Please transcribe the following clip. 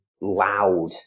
loud